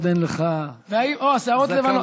כל עוד אין לך זקן לבן אז אתה עדין צעיר.